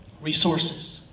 resources